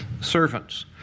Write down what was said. servants